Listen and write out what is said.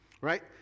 right